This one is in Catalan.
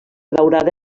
daurada